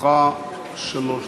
לרשותך שלוש דקות.